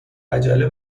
عجله